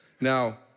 Now